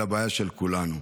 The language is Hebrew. אלא הבעיה של כולנו.